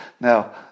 Now